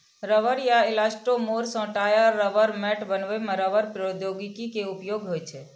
रबड़ या इलास्टोमोर सं टायर, रबड़ मैट बनबै मे रबड़ प्रौद्योगिकी के उपयोग होइ छै